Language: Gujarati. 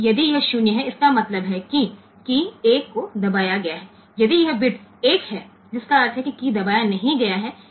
1 એ 0 હોય તો મને માફ કરશો જો આ 0 હોય તો તેનો અર્થ એ કે કી 1 દબાવવામાં આવી છે અને જો આ બીટ 1 હોય તો તેનો અર્થ એ કે કી દબાવવામાં આવી નથી